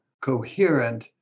coherent